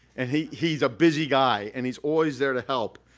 and he's he's a busy guy. and he's always there to help.